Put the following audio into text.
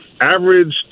average